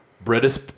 British